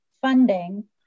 funding